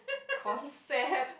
concept